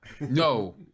No